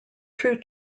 true